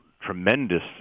tremendous